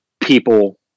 people